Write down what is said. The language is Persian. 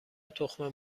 تخم